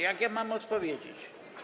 Jak ja mam odpowiedzieć?